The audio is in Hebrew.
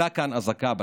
הייתה כאן אזעקה בכנסת,